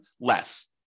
less